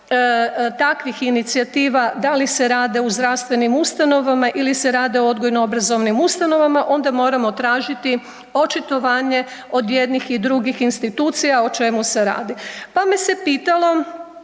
takvih inicijativa da li se rade u zdravstvenim ustanovama ili se rade u odgojno obrazovnim ustanovama onda moramo tražiti očitovanje od jednih i drugih institucija o čemu se radi. Pa me se pitalo